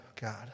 God